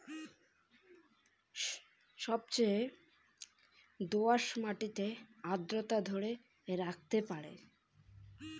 কুন ধরনের মাটি সবচেয়ে বেশি আর্দ্রতা ধরি রাখিবার পারে?